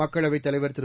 மக்களவைத் தலைவர் திரு